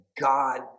God